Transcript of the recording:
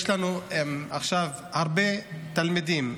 יש לנו עכשיו הרבה תלמידים,